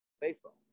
Baseball